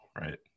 right